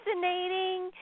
fascinating